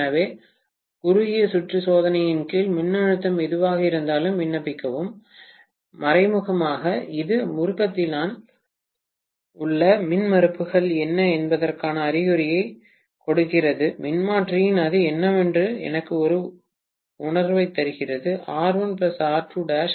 எனவே குறுகிய சுற்று சோதனையின் கீழ் மின்னழுத்தம் எதுவாக இருந்தாலும் விண்ணப்பிக்கவும் மறைமுகமாக இது முறுக்குதலின் உள் மின்மறுப்புகள் என்ன என்பதற்கான அறிகுறியைக் கொடுக்கிறது மின்மாற்றியின் அது என்னவென்று எனக்கு ஒரு உணர்வைத் தருகிறது அதனால்